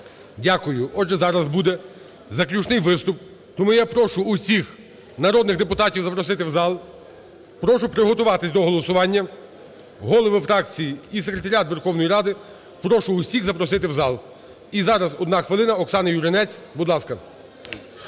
Дякую. Отже, зараз буде заключний виступ, тому я прошу усіх народних депутатів запросити в зал. Прошу приготуватися до голосування. Голови фракцій і секретаріат Верховної Ради, прошу всіх запросити в зал. І зараз одна хвилина – Оксана Юринець, будь ласка.